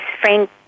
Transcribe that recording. Frank